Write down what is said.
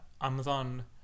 Amazon